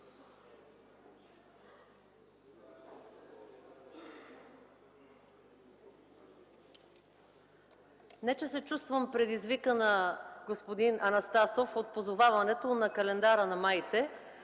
Не че се чувствам предизвикана, господин Анастасов, от позоваването на календара на маите,